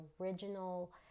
original